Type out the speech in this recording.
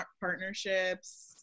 partnerships